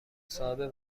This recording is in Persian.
صاحب